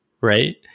right